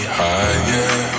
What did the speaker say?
higher